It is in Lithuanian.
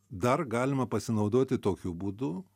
dar galima pasinaudoti tokiu būdu